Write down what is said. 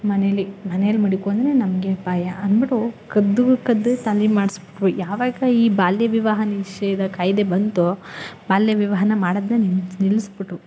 ಮನೇಲಿ ಮನೇಲಿ ಮಡಕ್ಕೊಂಡ್ರೆ ನಮಗೆ ಅಪಾಯ ಅಂದ್ಬಿಟ್ಟು ಕದ್ದು ಕದ್ದು ಖಾಲಿ ಮಾಡಿಸ್ಬಿಟ್ಟು ಯಾವಾಗ ಈ ಬಾಲ್ಯ ವಿವಾಹ ನಿಷೇಧ ಕಾಯ್ದೆ ಬಂತೋ ಬಾಲ್ಯ ವಿವಾಹನ ಮಾಡೋದನ್ನ ನಿಲ್ಲಿ ನಿಲ್ಲಿಸ್ಬಿಟ್ರು